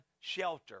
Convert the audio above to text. shelter